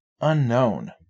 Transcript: unknown